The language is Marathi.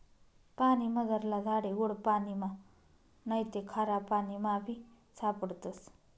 पानीमझारला झाडे गोड पाणिमा नैते खारापाणीमाबी सापडतस